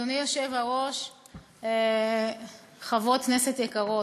אדוני היושב-ראש, חברות כנסת יקרות,